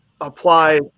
apply